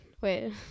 Wait